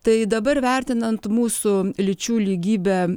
tai dabar vertinant mūsų lyčių lygybę